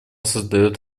создает